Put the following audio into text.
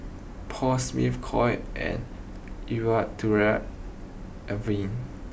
Paul Smith Koi and Eau Avene